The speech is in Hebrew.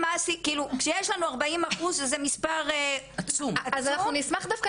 כשיש לנו 40 אחוז שזה מספר עצום --- אנחנו נשמח דווקא